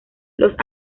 los